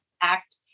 act